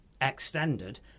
extended